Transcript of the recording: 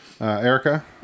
Erica